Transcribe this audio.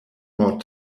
more